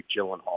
Gyllenhaal